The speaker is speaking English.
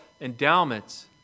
endowments